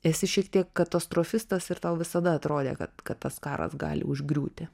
esi šiek tiek katastrofistas ir tau visada atrodė kad kad tas karas gali užgriūti